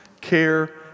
care